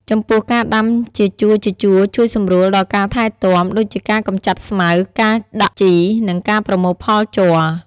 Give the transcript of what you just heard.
ចំពោះការដាំជាជួរៗជួយសម្រួលដល់ការថែទាំ ដូចជាការកម្ចាត់ស្មៅ ការដាក់ជី និងការប្រមូលផលជ័រ។